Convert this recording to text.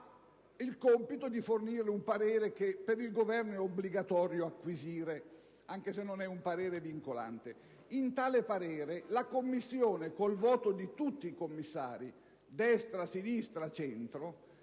il compito di fornire un parere che per il Governo è obbligatorio acquisire, anche se non è vincolante. In tale parere la Commissione, con il voto di tutti i commissari (di destra, di sinistra e